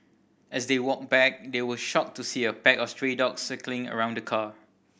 as they walked back they were shocked to see a back of stray dogs circling around the car